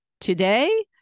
Today